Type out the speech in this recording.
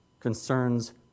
concerns